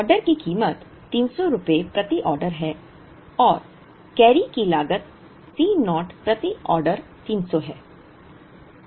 order की कीमत 300 रुपये प्रति ऑर्डर है और कैरी की लागत C naught प्रति ऑर्डर 300 है